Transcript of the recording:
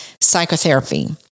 psychotherapy